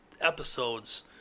episodes